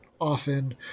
Often